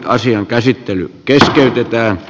asian käsittely keskeytetään